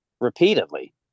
repeatedly